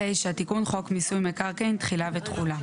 "תיקון חוק מיסוי מקרקעין, תחילה ותחולה